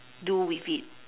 do with it